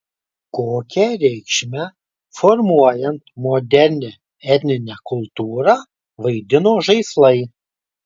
kokią reikšmę formuojant modernią etninę kultūrą vaidino žaislai